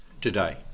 today